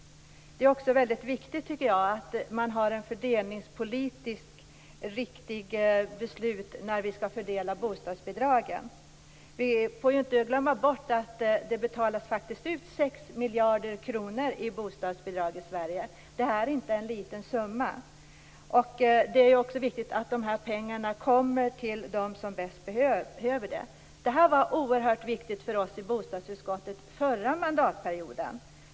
Det är också väldigt viktigt, tycker jag, att vi har fördelningspolitiskt riktiga beslut när vi skall fördela bostadsbidragen. Vi får ju inte glömma bort att det faktiskt betalas ut 6 miljarder kronor i bostadsbidrag i Sverige. Det är ingen liten summa. Det är också viktigt att de här pengarna kommer till dem som bäst behöver det. Detta var oerhört viktigt för oss i bostadsutskottet förra mandatperioden.